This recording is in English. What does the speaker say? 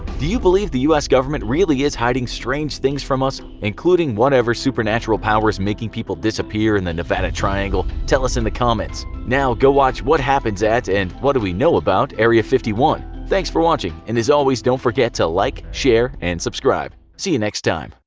you believe the u s. government really is hiding strange things from us including whatever supernatural power is making people disappear in the nevada triangle? tell us in the comments. now go watch what happens at and what do we know about area fifty one? thanks for watching, and as always, don't forget to like, share and subscribe. see you next time.